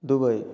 Dubai